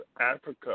Africa